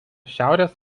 šiaurės